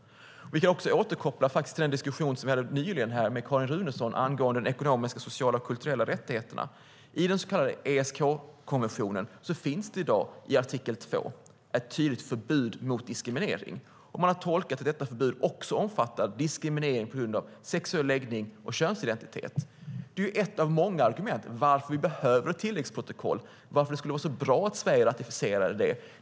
Jag vill återkoppla till den diskussion som vi hade här med Carin Runeson angående de ekonomiska, sociala och kulturella rättigheterna. I den så kallade ESK-konventionen finns i dag i artikel 2 ett tydligt förbud mot diskriminering. Man har tolkat att detta förbud också omfattar diskriminering på grund av sexuell läggning och könsidentitet. Det är ett av många argument för att vi skulle behöva ett tilläggsprotokoll och att det skulle vara så bra om Sverige ratificerade det.